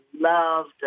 loved